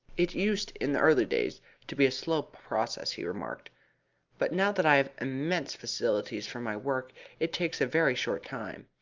it used in the early days to be a slow process, he remarked but now that i have immense facilities for my work it takes a very short time.